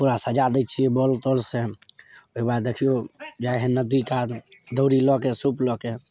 पूरा सजा दै छिए बाउल ताउलसे ओहिके बाद देखिऔ जाइ हइ नदी कात दउरी लऽके सूप लऽके